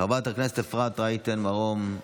חברת הכנסת אפרת רייטן מרום,